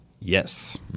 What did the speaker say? Yes